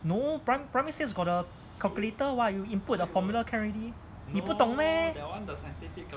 no primary six got the calculator [what] you input the formula can already 你不懂 meh